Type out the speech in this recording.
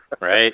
Right